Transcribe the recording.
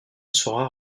sera